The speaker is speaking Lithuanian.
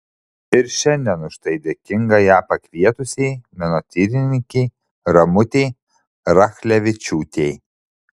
ir šiandien už tai dėkinga ją pakvietusiai menotyrininkei ramutei rachlevičiūtei